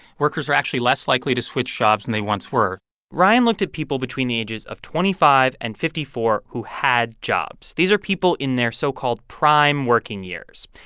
workers are actually less likely to switch jobs than they once were ryan looked at people between the ages of twenty five and fifty four who had jobs. these are people in their so-called prime working years.